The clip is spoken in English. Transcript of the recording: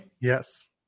yes